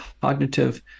cognitive